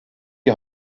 die